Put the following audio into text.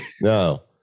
no